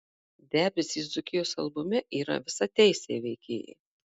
debesys dzūkijos albume yra visateisiai veikėjai